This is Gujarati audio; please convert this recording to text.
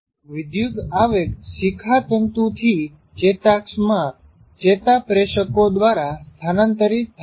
વિદ્યુત આવેગ શિખાતંતું થી ચેતાક્ષ માં સીધા નહી ચેતાપ્રેષકો દ્વારા સ્થાનાંતરિત થાય છે